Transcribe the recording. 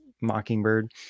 Mockingbird